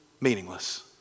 meaningless